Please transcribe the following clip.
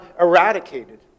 eradicated